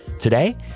Today